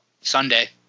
Sunday